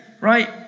Right